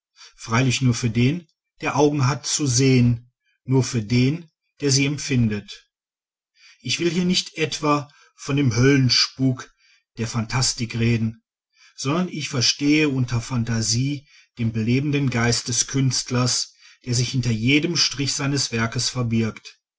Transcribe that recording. freilich nur für den der augen hat zu sehen nur für den der sie empfindet ich will hier nicht etwa von dem höllenspuk der phantastik reden sondern ich verstehe unter phantasie den belebenden geist des künstlers der sich hinter jedem strich seines werkes verbirgt